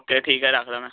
okay ਠੀਕ ਹੈ ਰੱਖਦਾ ਮੈ